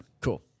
Cool